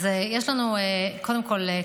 אז קודם כול,